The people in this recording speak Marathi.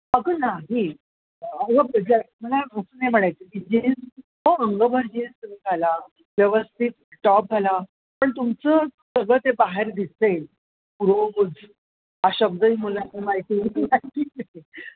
अगं नाही अंग प्रदर्शना असं नाही म्हणायचं की जे अंगभर असं घाला व्यवस्थित टॉप घाला पण तुमचं सगळं ते बाहेर दिसेल रोब हा शब्द ही बोलायचं माहिती नाही आहे